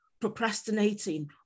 procrastinating